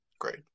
Great